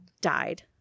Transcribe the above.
died